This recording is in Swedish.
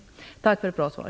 Tack för ett bra svar.